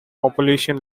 population